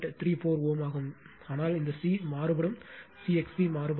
34 Ω ஆகும் ஆனால் இந்த சி மாறுபடும் C XC மாறுபடும்